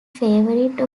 favorite